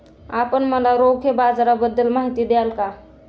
आपण मला रोखे बाजाराबद्दल माहिती द्याल का?